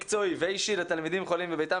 מקצועי ואישי לתלמידים חולים בביתם.